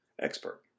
expert